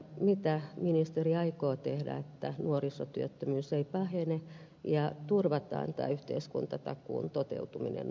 mitä ministeri aikoo tehdä jotta nuorisotyöttömyys ei pahene ja turvataan yhteiskuntatakuun toteutuminen nuorille